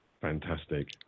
fantastic